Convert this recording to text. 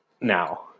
now